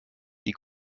die